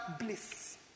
bliss